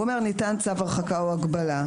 הוא אומר: ניתן צו הרחקה או הגבלה,